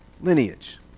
lineage